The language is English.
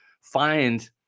find